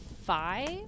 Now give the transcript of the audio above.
five